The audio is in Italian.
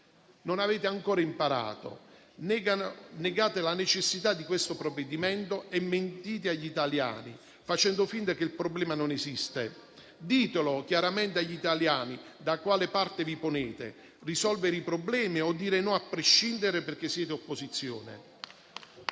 Non avete ancora imparato. Negate la necessità di questo provvedimento e mentite agli italiani facendo finta che il problema non esiste. Dite chiaramente agli italiani da quale parte vi ponete: risolvere i problemi o dire no a prescindere perché siete opposizione?